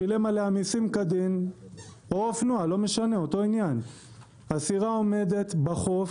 שילם עליה מיסים כדין; הסירה עומדת בחוף,